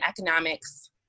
economics